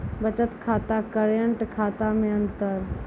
बचत खाता करेंट खाता मे अंतर?